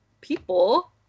people